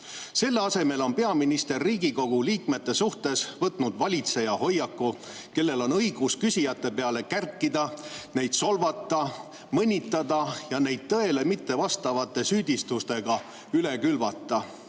Selle asemel on peaminister Riigikogu liikmete suhtes võtnud valitseja hoiaku, kellel on õigus küsijate peale kärkida, neid solvata, mõnitada ja neid tõele mittevastavate süüdistustega üle külvata.